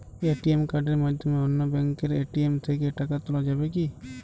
ATM কার্ডের মাধ্যমে অন্য ব্যাঙ্কের এ.টি.এম থেকে টাকা তোলা যাবে কি?